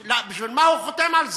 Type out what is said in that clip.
בשביל מה הוא חותם על זה?